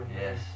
Yes